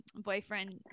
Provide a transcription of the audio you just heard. boyfriend